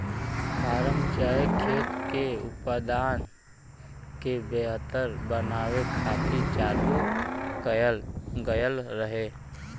form चाहे खेत के उत्पादन के बेहतर बनावे खातिर चालू कएल गएल रहे